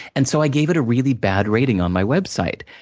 and so, i gave it a really bad rating on my website.